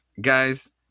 Guys